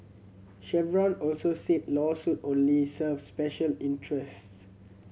chevron also said lawsuit only serve special interests